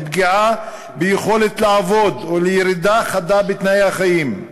לפגיעה ביכולת לעבוד ולירידה חדה בתנאי החיים,